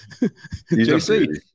JC